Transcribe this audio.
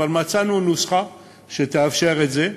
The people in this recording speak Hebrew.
אבל מצאנו נוסחה שתאפשר את זה: